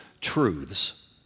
truths